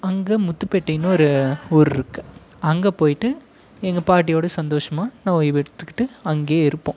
அங்கே முத்துப்பேட்டைன்னு ஒரு ஊர் இருக்குது அங்கே போய்விட்டு எங்கள் பாட்டியோட சந்தோஷமாக நான் ஓய்வெடுத்துக்கிட்டு அங்கேயே இருப்போம்